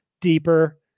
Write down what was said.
deeper